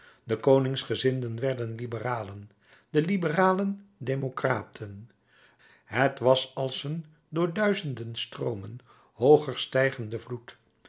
de koningsgezinden werden liberalen de liberalen democraten t was als een door duizenden stroomen hooger stijgende vloed